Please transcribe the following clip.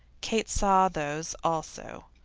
kate saw those also.